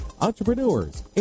entrepreneurs